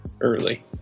early